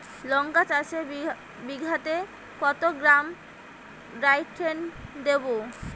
লঙ্কা চাষে বিঘাতে কত গ্রাম ডাইথেন দেবো?